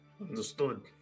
Understood